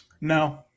no